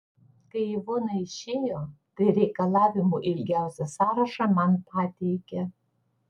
kai ivona išėjo tai reikalavimų ilgiausią sąrašą man pateikė